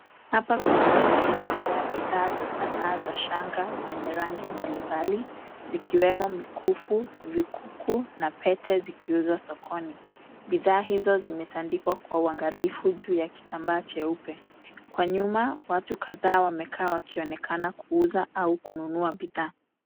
Hapa kuna meza iliyojaa bidhaa za sanaa za shanga zenye rangi mbalimbali zikiwemo mikufu, vikuku na pete zikiuzwa sokoni. Bidhaa hizo zimetandikwa kwa uangalifu juu ya kitambaa cheupe. Kwa nyuma watu kadhaa wamekaa wakionekana kuuza au kununua bidhaa.